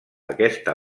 aquesta